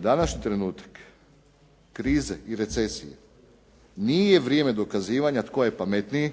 današnji trenutak krize i recesije nije vrijeme dokazivanja tko je pametniji,